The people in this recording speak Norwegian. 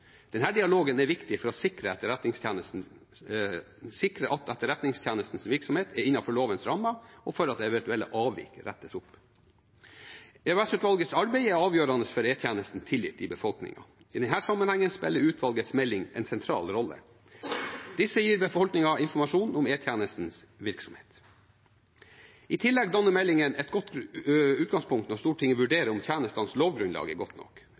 dialogen er viktig for å sikre at etterretningstjenestens virksomhet er innenfor lovens rammer, og at eventuelle avvik rettes opp. EOS-utvalgets arbeid er avgjørende for E-tjenestens tillit i befolkningen. I denne sammenhengen spiller utvalgets melding en sentral rolle. Disse gir befolkningen informasjon om E-tjenestens virksomhet. I tillegg danner meldingen et godt utgangspunkt når Stortinget vurderer om tjenestens lovgrunnlag er godt nok.